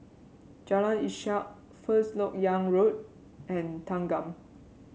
Jalan Ishak First LoK Yang Road and Thanggam